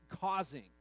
causing